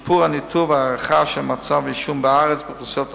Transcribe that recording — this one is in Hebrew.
שיפור הניטור וההערכה של מצב העישון בארץ באוכלוסיות השונות,